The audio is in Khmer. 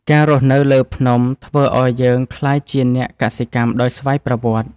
ការរស់នៅលើភ្នំធ្វើឱ្យយើងក្លាយជាអ្នកកសិកម្មដោយស្វ័យប្រវត្តិ។